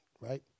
Right